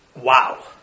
Wow